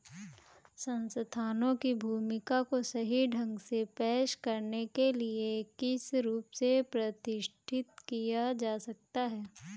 संस्थानों की भूमिका को सही ढंग से पेश करने के लिए किस रूप से प्रतिष्ठित किया जा सकता है?